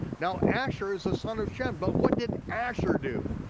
now, asher is the son of shem, but what did asher do?